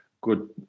good